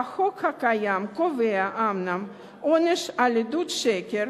החוק הקיים קובע אומנם עונש על עדות שקר